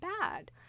bad